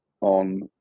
on